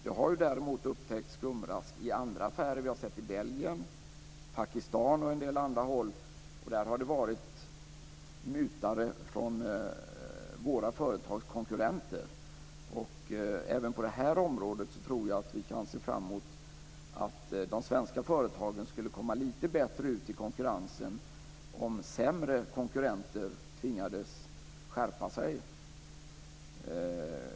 Det har ju däremot upptäckts skumrask i andra affärer, i Belgien, i Pakistan och på andra håll. Där har det handlat om våra företags konkurrenter. Även på det här området tror jag att vi kan se fram emot att de svenska företagen skulle få en något bättre konkurrenssituation om sämre konkurrenter tvingades skärpa sig.